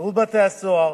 שירות בתי-הסוהר,